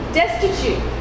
destitute